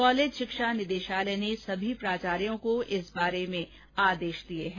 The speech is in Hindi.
कॉलेज शिक्षा निदेशालय ने समी प्राचार्यों को इसके लिए आदेश दिए हैं